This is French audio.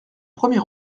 premier